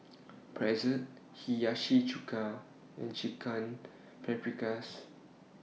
Pretzel Hiyashi Chuka and Chicken Paprikas